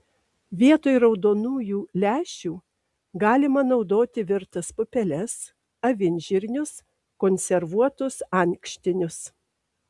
vietoj raudonųjų lęšių galima naudoti virtas pupeles avinžirnius konservuotus ankštinius